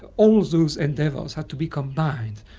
all those endeavours had to be combined.